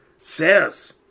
says